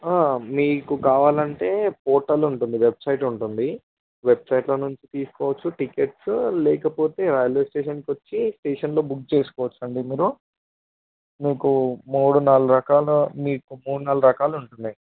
మీకు కావాలంటే పోర్టల్ ఉంటుంది వెబ్సైట్ ఉంటుంది వెబ్సైట్లో నుంచి తీసుకోవచ్చు టికెట్స్ లేకపోతే రైల్వే స్టేషన్కి వచ్చి స్టేషన్లో బుక్ చేసుకోవచ్చు అండి మీరు మీకు మూడు నాలుగు రకాల మీకు మూడు నాలుగు రకాలు ఉన్నాయి